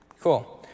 Cool